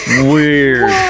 Weird